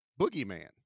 Boogeyman